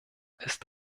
ist